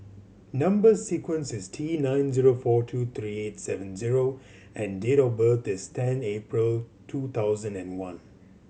number sequence is T nine zero four two three eight seven zero and date of birth is ten April two thousand and one